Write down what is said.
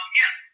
yes